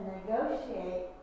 negotiate